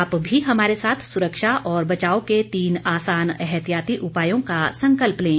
आप भी हमारे साथ सुरक्षा और बचाव के तीन आसान एहतियाती उपायों का संकल्प लें